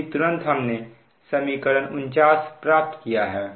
अभी तुरंत हमने समीकरण 49 प्राप्त किया है